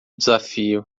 desafio